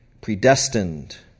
predestined